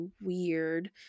weird